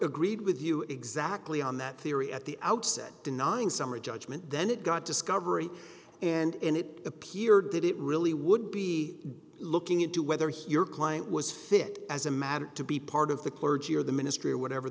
agreed with you exactly on that theory at the outset denying summary judgment then it got discovery and it appeared that it really would be looking into whether he your client was fit as a matter to be part of the clergy or the ministry or whatever